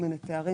שלך.